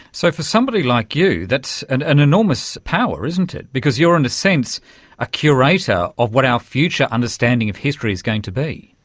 so for somebody like you, that's an an enormous power, isn't it, because you are in a sense a curator of what our future understanding of history is going to be.